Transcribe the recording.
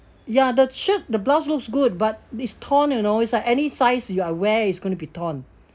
ya the shirt the blouse looks good but it's torn you know it's like any size you are wear it's going to be torn